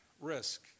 risk